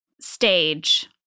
stage